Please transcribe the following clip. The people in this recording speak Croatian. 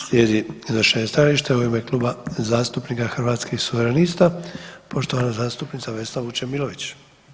Slijedi iznošenje stajališta u ime Kluba zastupnika Hrvatskih suverenista, poštovana zastupnica Vesna Vučemilović.